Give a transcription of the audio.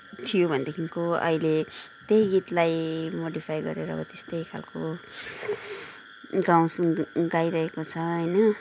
थियो भनेदेखिन्को अहिले त्यही गीतलाई मोडीफाई गरेर त्यस्तै खालको गाउँछन् गाइरहेको छ होइन